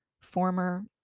former